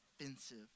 offensive